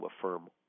affirm